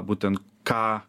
būtent ką